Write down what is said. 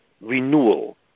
renewal